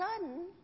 sudden